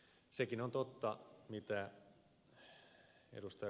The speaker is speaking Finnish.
sekin on totta mitä ed